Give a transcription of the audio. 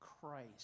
Christ